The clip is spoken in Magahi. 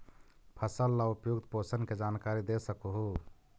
फसल ला उपयुक्त पोषण के जानकारी दे सक हु?